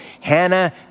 Hannah